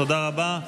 תודה רבה.